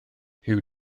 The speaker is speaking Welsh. huw